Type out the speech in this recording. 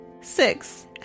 Six